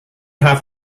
have